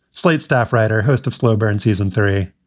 slate staff writer. host of slow burn season three,